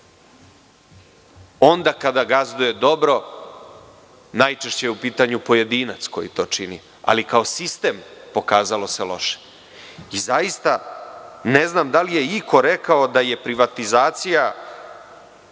Onda kada gazduje dobro, najčešće je u pitanju pojedinac koji to čini, ali kao sistem pokazalo se loše. Ne znam da li je iko rekao da je privatizacija,